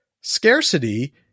scarcity